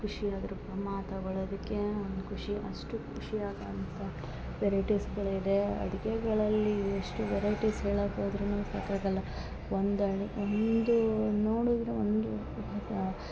ಖುಷಿ ಆದರು ಅಮಾ ತಗೊಳೋದಕ್ಕೆ ಒಂದು ಖುಷಿ ಅಷ್ಟು ಖುಷಿ ಆಗೊವಂಥ ವೆರೈಟೀಸ್ಗಳು ಇದೆ ಅಡ್ಗೆಗಳಲ್ಲಿ ಎಷ್ಟು ವೆರೈಟೀಸ್ ಹೇಳಾಕೆ ಹೋದ್ರುನು ಸಾಕಾಗಲ್ಲ ಒಂದು ಅಡ್ ಒಂದು ನೋಡಿದ್ರೂ ಒಂದು